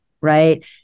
right